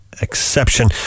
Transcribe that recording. exception